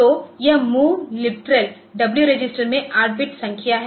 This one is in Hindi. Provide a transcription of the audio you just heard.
तो यह मूव लिट्रल W रजिस्टरमें 8 बिट संख्या है